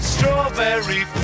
Strawberry